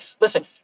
Listen